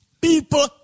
people